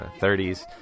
30s